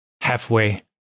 halfway